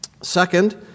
Second